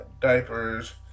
diapers